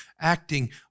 acting